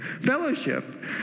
Fellowship